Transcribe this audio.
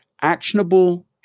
actionable